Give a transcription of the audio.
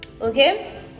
okay